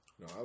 No